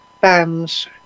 bands